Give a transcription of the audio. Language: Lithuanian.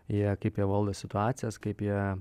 jie kaip jie valdo situacijas kaip jie